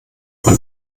man